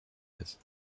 eyes